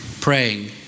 praying